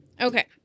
Okay